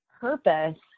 purpose